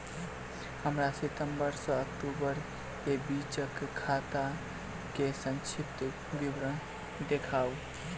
हमरा सितम्बर सँ अक्टूबर केँ बीचक खाता केँ संक्षिप्त विवरण देखाऊ?